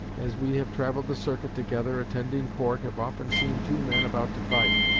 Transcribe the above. as we have travelled the circuit together attending court, have often seen two men about to fight.